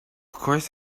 course